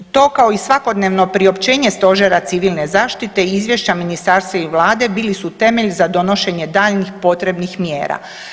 To kao i svakodnevno priopćenje Stožera civilne zaštite i izvješća Ministarstva i Vlade bili su temelj za donošenje daljnjih potrebnih mjera.